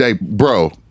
bro